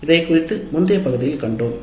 இதைக்குறித்து முந்தைய பகுதியில் கண்டோம்